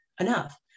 enough